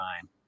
time